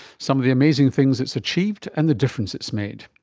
some of the amazing things it's achieved and the difference it's made.